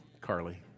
Carly